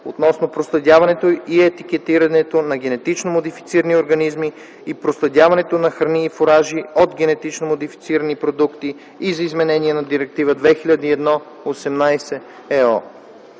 относно проследяването и етикетирането на генетично модифицирани организми и проследяването на храни и фуражи от генетично модифицирани продукти и за изменение на Директива 2001/18/ЕО.